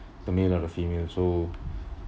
the male or the female so